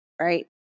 right